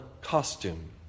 costume